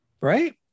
right